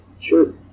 Sure